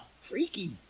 freaky